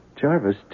Jarvis